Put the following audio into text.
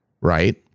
right